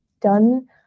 done